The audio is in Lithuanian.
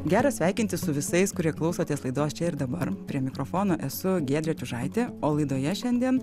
gera sveikintis su visais kurie klausotės laidos čia ir dabar prie mikrofono esu giedrė čiužaitė o laidoje šiandien